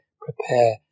prepare